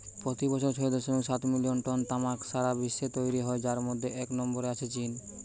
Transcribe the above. পোতি বছর ছয় দশমিক সাত মিলিয়ন টন তামাক সারা বিশ্বে তৈরি হয় যার মধ্যে এক নম্বরে আছে চীন